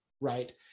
right